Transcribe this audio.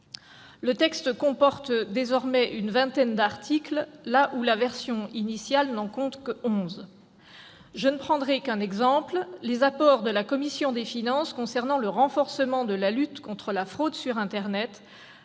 Le texte comporte désormais une vingtaine d'articles, là où la version initiale n'en comptait que onze. Je ne prendrai qu'un exemple : les apports de la commission des finances concernant le renforcement de la lutte contre la fraude sur internet,